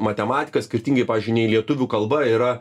matematika skirtingai pavyzdžiui nei lietuvių kalba yra